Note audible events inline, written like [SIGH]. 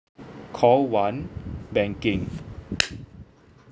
call one banking [NOISE]